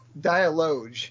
dialogue